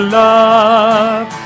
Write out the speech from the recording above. love